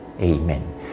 Amen